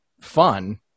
fun